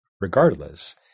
regardless